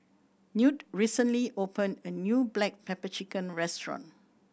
Knute recently opened a new black pepper chicken restaurant